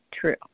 true